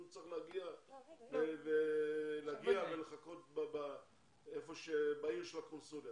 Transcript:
צריך להגיע ולחכות בעיר של הקונסוליה?